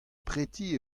preti